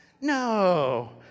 no